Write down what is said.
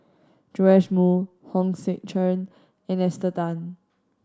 Joash Moo Hong Sek Chern and Esther Tan